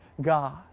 God